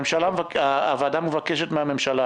הוועדה מבקשת מן הממשלה,